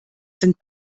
sind